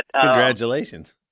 Congratulations